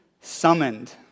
summoned